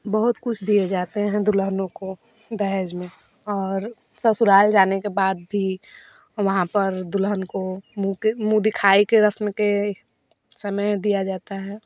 बहुत कुछ दिए जाते हैं दुल्हनों को दहेज में और ससुराल जाने के बाद भी वहाँ पर दुल्हन को मुँह दिखाई के रस्म के समय दिया जाता है